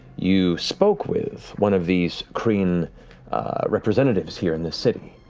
you spoke with one of these kryn representatives here in this city.